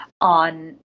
on